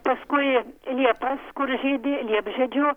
paskui liepas kur žydi liepžiedžių